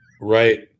right